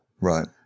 Right